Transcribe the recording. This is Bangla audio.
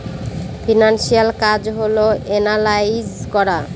ফিনান্সিয়াল কাজ হল এনালাইজ করা